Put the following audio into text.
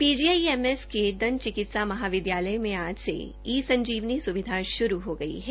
PGI M S के दंत चिकित्सा महाविद्यालय मे आजसे ई संजीवनी स्विधा श्रू हो गई है